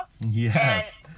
Yes